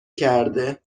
کرده